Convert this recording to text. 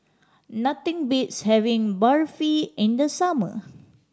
nothing beats having Barfi in the summer